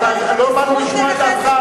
לא באנו לשמוע את דעתך.